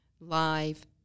live